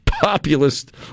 populist